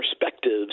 perspectives